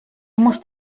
musst